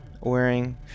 wearing